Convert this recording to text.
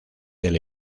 del